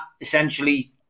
essentially